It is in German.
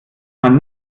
man